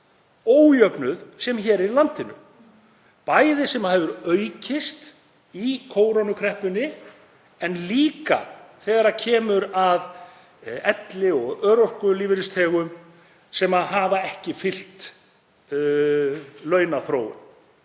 ójöfnuð sem er í landinu, sem hefur aukist í kórónuveirukreppunni en líka þegar kemur að elli- og örorkulífeyrisþegum sem hafa ekki fylgt launaþróun.